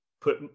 put